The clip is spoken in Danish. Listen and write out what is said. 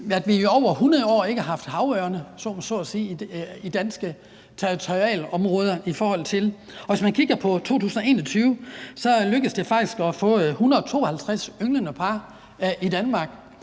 at vi i over 100 år ikke har haft havørne så at sige på dansk territorialområde, men hvis man kigger på 2021, lykkedes det faktisk at få 152 ynglende par i Danmark.